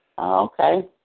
Okay